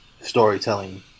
storytelling